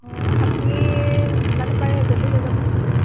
অ আপুনি যিমানে পাৰে জল্ডি লৈ যাবচোন